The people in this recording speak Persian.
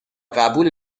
قبول